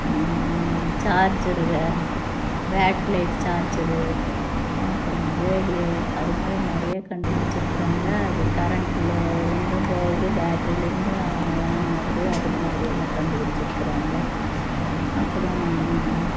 சார்ஜருகள் battery light charger அப்புறம் radio அது மாதிரி நிறைய கண்டுபிடிச்சிருக்குறாங்க அது கரெண்ட்டில் இருந்தும்போகுது பேட்ரியில் இருந்தும் ஆன் ஆகுது அது மாதிரியெல்லாம் கண்டுபிடிச்சிருக்குறாங்க அப்புறம்